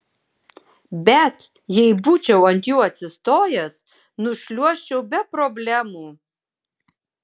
bet jei būčiau ant jų atsistojęs nušliuožčiau be problemų